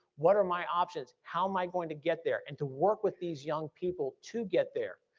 what are my options, how am i going to get there? and to work with these young people to get there.